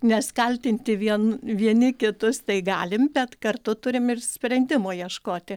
nes kaltinti vien vieni kitus tai galim bet kartu turim ir sprendimo ieškoti